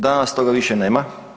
Danas toga više nema.